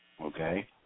okay